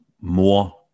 more